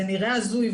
זה נראה הזוי.